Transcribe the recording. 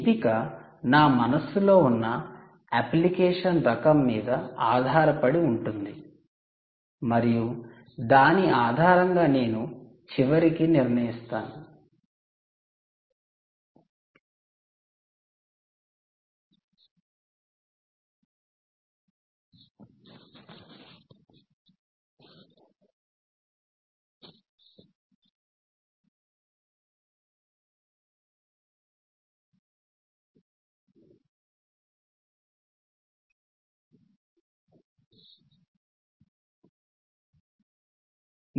ఎంపిక నా మనస్సులో ఉన్న అప్లికేషన్ రకం మీద ఆధారపడి ఉంటుంది మరియు దాని ఆధారంగా నేను చివరికి నిర్ణయిస్తాను